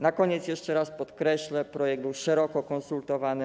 Na koniec jeszcze raz podkreślę, że projekt był szeroko konsultowany.